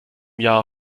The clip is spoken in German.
jahr